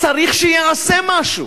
צריך שייעשה משהו.